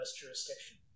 jurisdiction